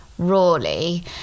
rawly